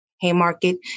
Haymarket